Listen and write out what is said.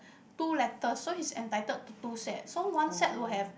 two letters so he's entitled to two sets so one set would have